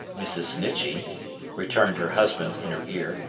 mrs. snitchey returned her husband, in her ear,